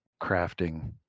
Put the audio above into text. crafting